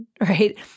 right